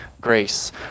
grace